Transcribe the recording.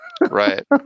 Right